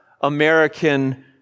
American